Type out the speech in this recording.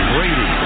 Brady